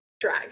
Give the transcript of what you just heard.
drag